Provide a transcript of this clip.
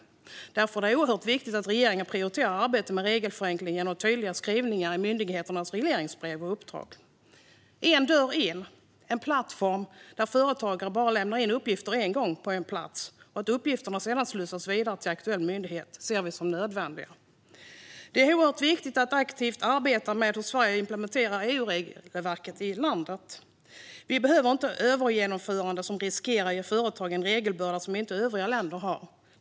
Därför är det oerhört viktigt att regeringen prioriterar arbete med regelförenklingar genom tydliga skrivningar i myndigheternas regleringsbrev och uppdrag. "En dörr in" - en plattform där företagare bara lämnar in uppgifter en gång på en plats och uppgifterna sedan slussas till aktuell myndighet - ser vi som nödvändigt. Det är oerhört viktigt att aktivt arbeta med hur Sverige implementerar EU-regelverket i landet. Vi behöver inte övergenomförande som riskerar att ge företagen en regelbörda som övriga länder inte har.